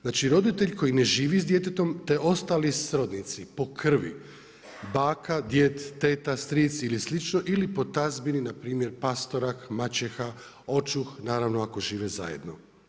Znači, roditelj koji ne živi s djetetom, te ostali srodnici po krvi, baka, djed, teta, stric ili slično ili po tazbini, npr. pastorah, mačeha, očuh, naravno ako žive zajedno.